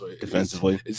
defensively